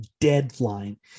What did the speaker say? deadline